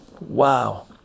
wow